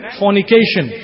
fornication